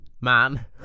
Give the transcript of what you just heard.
Man